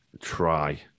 try